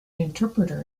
interpreter